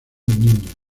niños